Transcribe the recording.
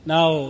Now